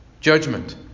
judgment